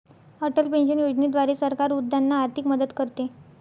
Atal pension योजनेद्वारे सरकार वृद्धांना आर्थिक मदत करते